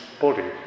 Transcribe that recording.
body